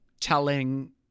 telling